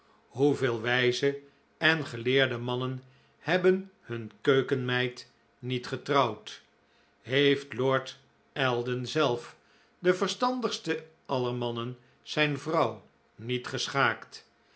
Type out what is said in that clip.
hoevele wijze en geleerde mannen hebben hun keukenmeid niet getrouwd heeft lord eldon zelf de verstandigste aller mannen zijn vrouw niet